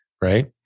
right